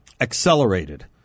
accelerated